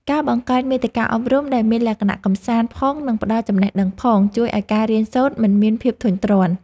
ការបង្កើតមាតិកាអប់រំដែលមានលក្ខណៈកម្សាន្តផងនិងផ្តល់ចំណេះដឹងផង ជួយឱ្យការរៀនសូត្រមិនមានភាពធុញទ្រាន់។